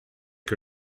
que